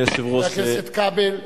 חבר הכנסת כבל?